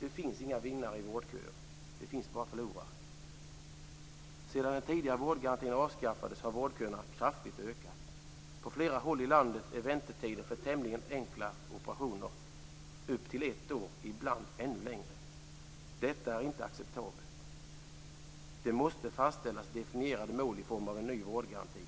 Det finns inga vinnare i vårdköer, bara förlorare. Sedan den tidigare vårdgarantin avskaffades har vårdköerna kraftigt ökat. På flera håll i landet är väntetiden för tämligen enkla operationer upp till ett år, ibland ännu längre. Detta är inte acceptabelt. Det måste fastställas definierade mål i form av en ny vårdgaranti,